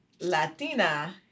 Latina